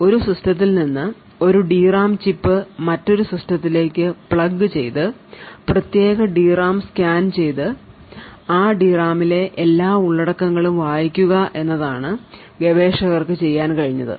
ഒരു സിസ്റ്റത്തിൽ നിന്ന് ഒരു ഡി റാം ചിപ്പ് മറ്റൊരു സിസ്റ്റത്തിലേക്ക് പ്ലഗ് ചെയ്ത് പ്രത്യേക ഡി റാം സ്കാൻ ചെയ്ത് ആ ഡി റാമിലെ എല്ലാ ഉള്ളടക്കങ്ങളും വായിക്കുക എന്നതാണ് ഗവേഷകർക്ക് ചെയ്യാൻ കഴിഞ്ഞത്